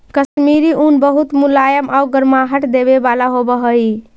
कश्मीरी ऊन बहुत मुलायम आउ गर्माहट देवे वाला होवऽ हइ